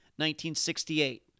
1968